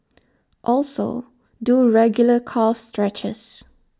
also do regular calf stretches